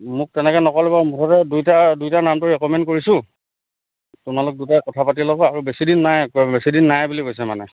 মোক তেনেকে নক'লে বাৰু মুঠতে দুইটা দুইটা নামটো ৰিকমেণ্ড কৰিছোঁ তোমালোক দুটাই কথা পাতি ল'বা আৰু বেছিদিন নাই বছিদিন নাই বুলি কৈছে মানে